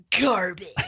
garbage